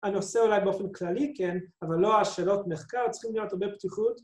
הנושא אולי באופן כללי כן, אבל לא השאלות מחקר. צריכים להיות הרבה פתיחות.